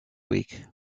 week